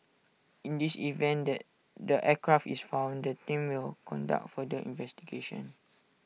in this event that the aircraft is found the team will conduct further investigation